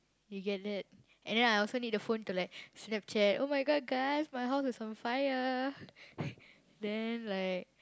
you get that and then I also need the phone to like Snapchat !oh-my-God! guys my house is on fire then like